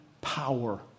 power